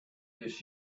this